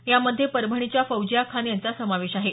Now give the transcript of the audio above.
यामध्ये परभणीच्या फौजिया खान यांचा समावेश आहे